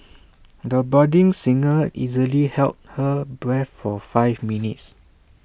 the budding singer easily held her breath for five minutes